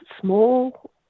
small